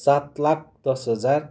सात लाख दस हजार